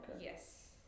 yes